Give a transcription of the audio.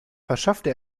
verschaffte